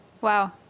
wow